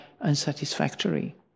unsatisfactory